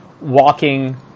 walking